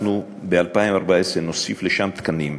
ב-2014 נוסיף לשם תקנים.